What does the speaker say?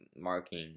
marking